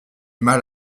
mal